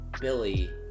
Billy